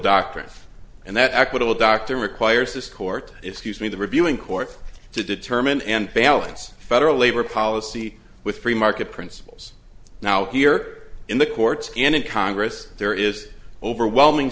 doctrine and that equitable doctor requires this court excuse me the reviewing courts to determine and balance federal labor policy with free market principles now here in the courts and in congress there is overwhelming